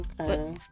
Okay